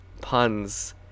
puns